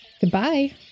Goodbye